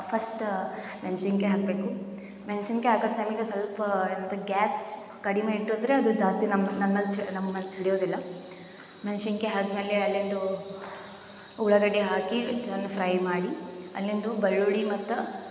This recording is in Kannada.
ಫಸ್ಟ್ ಮೆಣಸಿನ್ಕಾಯಿ ಹಾಕಬೇಕು ಮೆಣಸಿನ್ಕಾಯಿ ಹಾಕೋ ಸಮಯಕೆ ಸ್ವಲ್ಪ ಎಂಥ ಗ್ಯಾಸ್ ಕಡಿಮೆ ಇಟ್ಟಿದ್ರೆ ಅದು ಜಾಸ್ತಿ ನಮ್ಮ ನಮ್ಮೆಲೆ ಚಿ ನಮ್ಮೆಲೆ ಚಿಡಿಯೋದಿಲ್ಲ ಮೆಣಸಿನ್ಕಾಯಿ ಹಾಕ್ಮೇಲೆ ಅಲ್ಲೆಯಿದ್ದು ಉಳ್ಳಾಗಡ್ಡಿ ಹಾಕಿ ಚಂದ ಫ್ರೈ ಮಾಡಿ ಅಲ್ಲಿಂದು ಬೆಳ್ಳುಳ್ಳಿ ಮತ್ತು